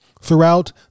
Throughout